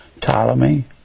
Ptolemy